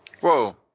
Whoa